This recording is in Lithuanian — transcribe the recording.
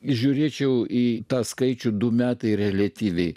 žiūrėčiau į tą skaičių du metai reliatyviai